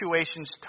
situations